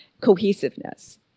cohesiveness